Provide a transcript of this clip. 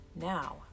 Now